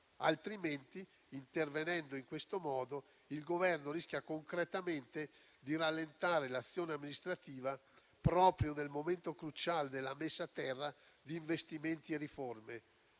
Altrimenti, intervenendo in questo modo, il Governo rischia concretamente di rallentare l'azione amministrativa proprio nel momento cruciale della messa a terra di investimenti e riforme.